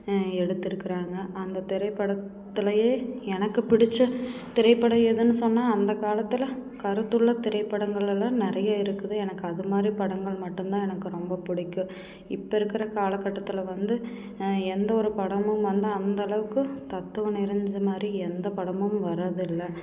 எடுத்திருக்குறாங்க அந்த திரைப்படத்துலேயே எனக்கு பிடிச்ச திரைப்படம் எதுன்னு சொன்னால் அந்த காலத்தில் கருத்துள்ள திரைப்படங்களெல்லாம் நிறைய இருக்குது எனக்கு அதுமாதிரி படங்கள் மட்டும்தான் எனக்கு ரொம்ப பிடிக்கும் இப்போ இருக்கிற காலக்கட்டத்தில் வந்து எந்த ஒரு படமும் வந்து அந்தளவுக்கு தத்துவம் நிறைஞ்ச மாதிரி எந்த படமும் வரதில்லை